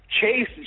Chase